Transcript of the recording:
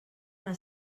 una